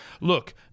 look